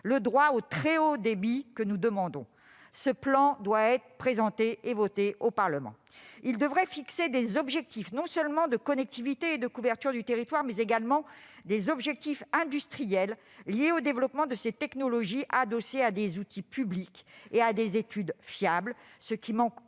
le droit au très haut débit pour tous. Ce plan doit être présenté et voté au Parlement. Il devrait fixer des objectifs non seulement de connectivité et de couverture du territoire, mais également industriels, liés au développement de ces technologies, adossés à des outils publics et à des études fiables, ce qui manque